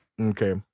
okay